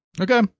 Okay